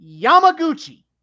Yamaguchi